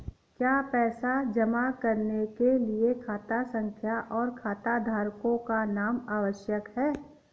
क्या पैसा जमा करने के लिए खाता संख्या और खाताधारकों का नाम आवश्यक है?